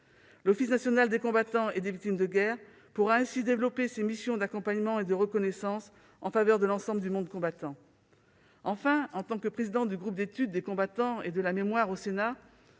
L'Office national des combattants et des victimes de guerre pourra ainsi développer ses missions d'accompagnement et de reconnaissance en faveur de l'ensemble du monde combattant. Enfin, en tant que présidente du groupe d'études Monde combattant et mémoire du Sénat,